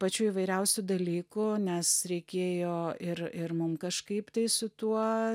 pačių įvairiausių dalykų nes reikėjo ir ir mum kažkaip tai su tuo